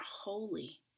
holy